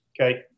Okay